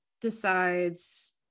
decides